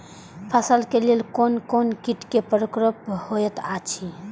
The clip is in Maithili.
फसल के लेल कोन कोन किट के प्रकोप होयत अछि?